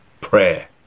Prayer